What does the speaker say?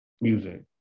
music